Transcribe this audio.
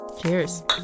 Cheers